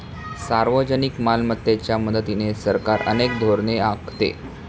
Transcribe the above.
सार्वजनिक मालमत्तेच्या मदतीने सरकार अनेक धोरणे आखते